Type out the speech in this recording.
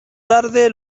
tarde